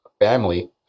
family